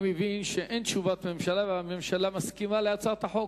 אני מבין שאין תשובת ממשלה והממשלה מסכימה להצעת החוק,